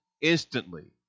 instantly